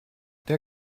der